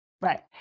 Right